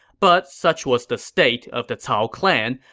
but such was the state of the cao clan,